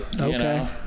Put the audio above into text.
okay